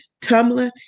Tumblr